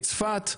את צפת.